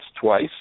twice